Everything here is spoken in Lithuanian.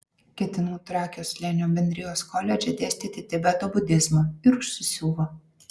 ketinu trakio slėnio bendrijos koledže dėstyti tibeto budizmą ir užsisiuvo